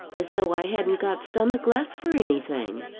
as though i hadn't got stomach left for anything.